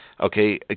okay